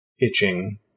itching